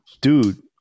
dude